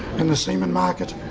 and the semen market,